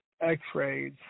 x-rays